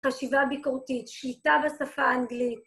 חשיבה ביקורתית, שליטה בשפה האנגלית.